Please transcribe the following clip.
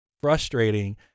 frustrating